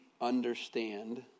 understand